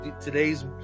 Today's